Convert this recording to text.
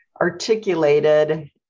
articulated